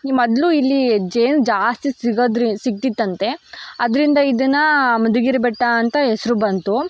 ಈ ಮೊದಲು ಇಲ್ಲಿ ಜೇನು ಜಾಸ್ತಿ ಸಿಗೋದ್ರಿ ಸಿಕ್ತಿತ್ತಂತೆ ಅದರಿಂದ ಇದನ್ನು ಮಧುಗಿರಿ ಬೆಟ್ಟ ಅಂತ ಹೆಸ್ರು ಬಂತು